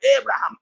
Abraham